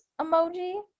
emoji